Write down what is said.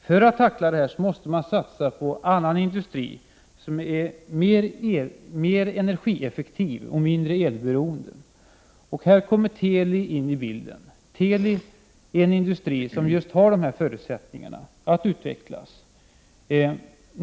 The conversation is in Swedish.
För att tackla detta problem måste man satsa på annan industri, som är mer energieffektiv och mindre elberoende. Här kommer Teli in i bilden. Teli är en industri som just har dessa förutsättningar att utveckla.